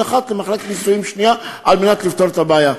אחת למחלקת נישואים שנייה על מנת לפתור את הבעיה.